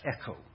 echo